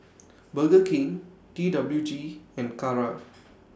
Burger King T W G and Kara